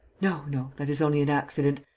no, no, that is only an accident.